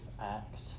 act